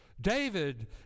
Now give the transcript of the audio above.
David